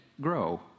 grow